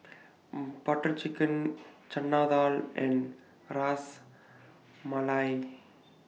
Butter Chicken Chana Dal and Ras Malai